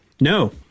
No